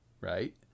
right